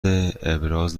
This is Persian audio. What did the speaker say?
ابراز